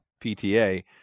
PTA